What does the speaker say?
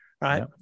right